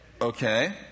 okay